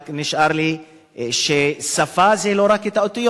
רק נשאר לי להגיד ששפה זה לא רק האותיות.